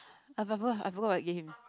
I forgot I forgot what I gave him